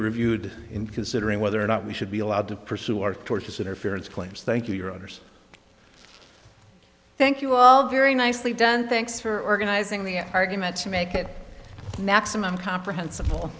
reviewed in considering whether or not we should be allowed to pursue our tortious interference claims thank you your honors thank you all very nicely done thanks for organizing the an argument to make it maximum comprehensible